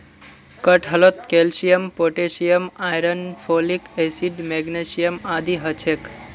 कटहलत calcium potassium iron folic acid magnesium आदि ह छे